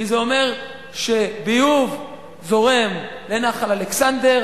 כי זה אומר שביוב זורם לנחל אלכסנדר,